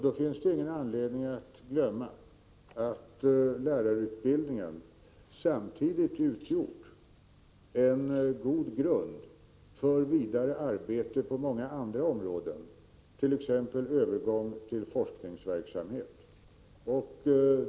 Då finns det inte någon anledning att glömma att lärarutbildningen samtidigt har utgjort en god grund för vidare arbete på många andra områden, t.ex. övergång till forskningsverksamhet.